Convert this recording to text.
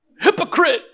Hypocrite